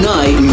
Night